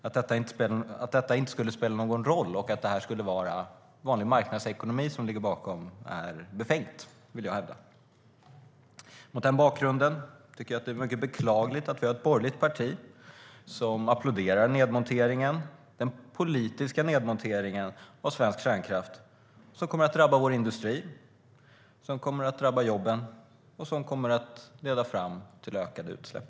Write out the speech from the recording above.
Att detta inte skulle spela någon roll och att vanlig marknadsekonomi skulle ligga bakom är befängt. Mot den bakgrunden är det beklagligt att ett borgerligt parti applåderar den politiska nedmonteringen av svensk kärnkraft, som kommer att drabba vår industri och våra jobb och leda fram till ökade utsläpp.